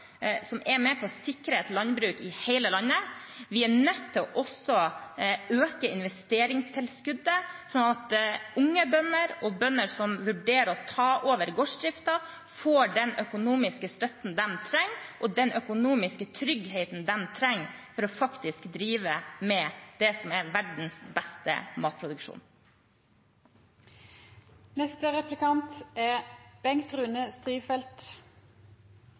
som er med på å sikre et landbruk i hele landet. Vi er også nødt til å øke investeringstilskuddet, slik at unge bønder og bønder som vurderer å ta over gårdsdriften, får den økonomiske støtten og den økonomiske tryggheten de trenger for faktisk å drive med det som er verdens beste matproduksjon.